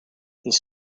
this